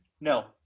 No